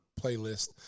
playlist